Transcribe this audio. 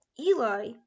Eli